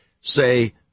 say